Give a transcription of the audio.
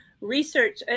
research